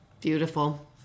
beautiful